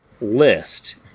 list